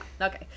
okay